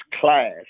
class